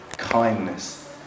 Kindness